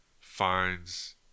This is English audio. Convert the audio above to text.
finds